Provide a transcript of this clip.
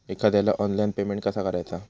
एखाद्याला online payment कसा करायचा?